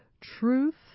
truth